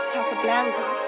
Casablanca